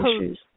issues